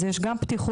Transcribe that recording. אז יש גם פתיחות,